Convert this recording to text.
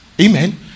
Amen